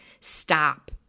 stop